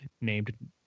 named